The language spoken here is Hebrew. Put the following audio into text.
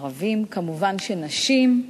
ערבים, כמובן שנשים,